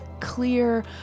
clear